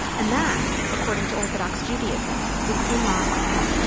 and that, according to orthodox judaism, is immodest.